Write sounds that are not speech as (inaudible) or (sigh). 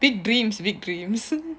big dreams big dreams (laughs)